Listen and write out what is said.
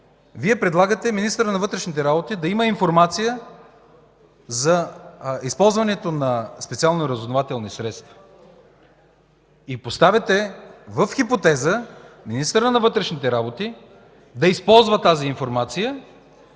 Вие предлагате министърът на вътрешните работи да има информация за използването на специални разузнавателни средства и поставяте в хипотеза министърът на вътрешните работи да използва тази информация